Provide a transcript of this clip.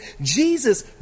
Jesus